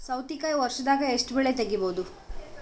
ಸೌತಿಕಾಯಿ ವರ್ಷದಾಗ್ ಎಷ್ಟ್ ಬೆಳೆ ತೆಗೆಯಬಹುದು?